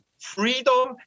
freedom